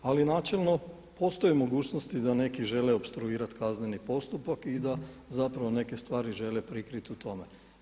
Ali načelno postoje mogućnosti da neki žele opstruirati kazneni postupak i da zapravo neke stvari žele prikrit u tome.